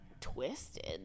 twisted